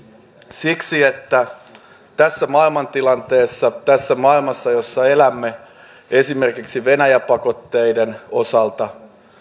siksi että tässä maailmantilanteessa tässä maailmassa jossa elämme esimerkiksi venäjä pakotteiden osalta